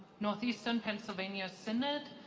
northeastern pennsylvania synod.